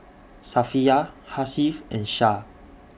Safiya Hasif and Syah